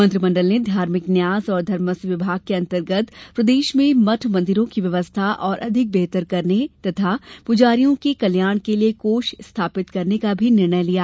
मंत्रिमंडल ने धार्भिक न्यास और धर्मस्व विभाग के अन्तर्गत प्रदेश में मठ मंदिरों की व्यवस्था और अधिक बेहतर करने और प्रजारियों के कल्याण के लिये कोष स्थापित करने का निर्णय भी लिया